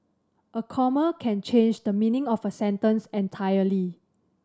a comma can change the meaning of a sentence entirely